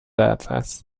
اطلس